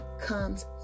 comes